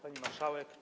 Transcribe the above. Pani Marszałek!